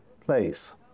place